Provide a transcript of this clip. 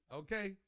okay